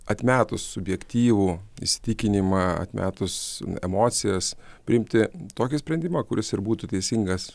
atmetus subjektyvų įsitikinimą atmetus emocijas priimti tokį sprendimą kuris ir būtų teisingas